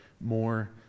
more